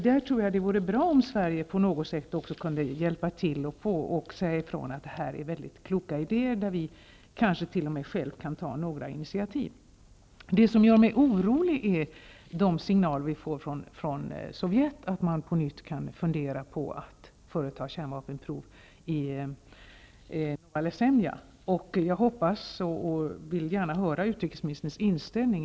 Det vore bra om Sverige på något sätt kunde hjälpa till och säga ifrån att här finns kloka idéer. Sverige kunde själv ta initiativ. Jag blir orolig över de signaler som kommer från Sovjet om att Sovjet på nytt funderar på att företa kärnvapenprov i Novaja Semlja. Jag vill gärna höra utrikesministerns inställning.